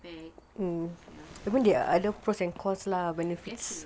definitely